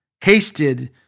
hasted